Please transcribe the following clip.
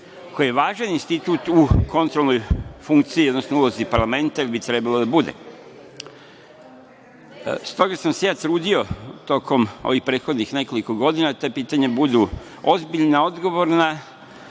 koja je važan institut u kontrolnoj ulozi parlamenta, jer bi trebalo da bude. Stoga sam se trudio tokom ovih prethodnih nekoliko godina da ta pitanja budu ozbiljna, odgovorna,